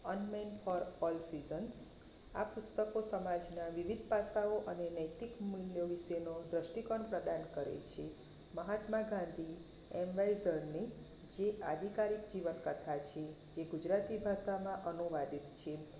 a man for all seasons આ પુસ્તકો સમાજના વિવિધ પાસાઓ અને નૈતિક મૂલ્યો વિશેનો દ્રષ્ટિકોણ પ્રદાન કરે છે મહાત્મા ગાંધી એમેઝોનની જે આધિકારિક જીવન કથા છે જે ગુજરાતી ભાષામાં અનુવાદિત છે